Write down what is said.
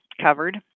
covered